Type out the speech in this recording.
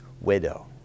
widow